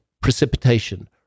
precipitation